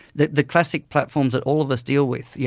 the the classic platforms that all of us deal with, yeah